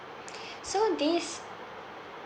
so these